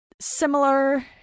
similar